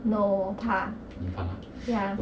no 我怕 ya